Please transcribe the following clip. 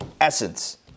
essence